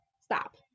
stop